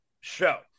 show